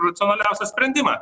racionaliausią sprendimą